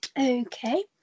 Okay